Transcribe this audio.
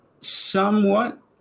somewhat